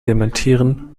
dementieren